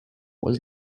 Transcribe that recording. was